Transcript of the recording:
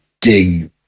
dig